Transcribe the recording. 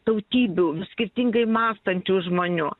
tautybių skirtingai mąstančių žmonių